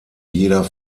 jeder